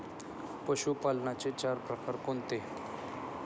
पशुपालनाचे चार प्रकार कोणते?